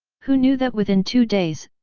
who knew that within two days,